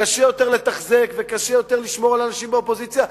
קשה יותר לתחזק וקשה יותר לשמור על אנשים באופוזיציה.